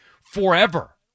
forever